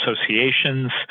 associations